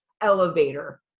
elevator